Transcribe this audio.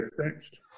Next